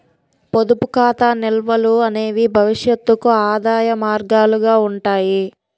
పొదుపు ఖాతా నిల్వలు అనేవి భవిష్యత్తుకు ఆదాయ మార్గాలుగా ఉంటాయి